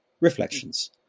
reflections